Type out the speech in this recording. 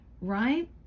right